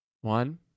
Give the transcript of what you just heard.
One